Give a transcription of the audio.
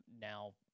now